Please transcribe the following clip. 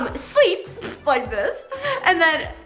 um sleep like this and then